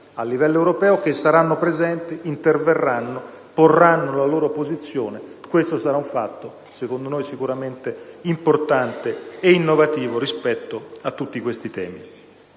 a livello europeo, che saranno presenti, interverranno, porranno la loro posizione. Questo sarà un fatto, secondo noi, sicuramente importante e innovativo rispetto a tutti questi temi.